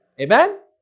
Amen